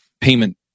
payment